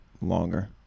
longer